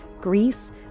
Greece